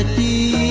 the